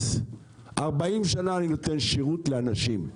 40 שנים אני נותן שירות לאנשים.